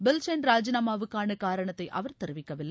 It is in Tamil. பில் ஷைன் ராஜினாமாவுக்கான காரணத்தை அவா் தெரிவிக்கவில்லை